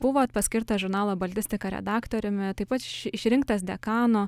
buvot paskirtas žurnalo baltistika redaktoriumi taip pat išrinktas dekanu